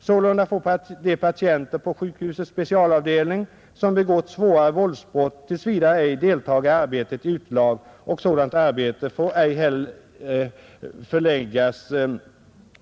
Sålunda får de patienter på sjukhusets specialavdelning, som begått svårare våldsbrott, tills vidare ej deltaga i arbete i utelag, och sådant arbete får ej längre förläggas